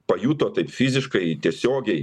pajuto taip fiziškai tiesiogiai